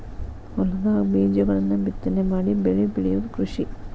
ಹೊಲದಾಗ ಬೇಜಗಳನ್ನ ಬಿತ್ತನೆ ಮಾಡಿ ಬೆಳಿ ಬೆಳಿಯುದ ಕೃಷಿ